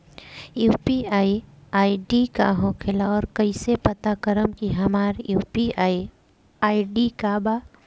UPI ID का होखेला और कईसे पता करम की हमार यू.पी.आई आई.डी का बा?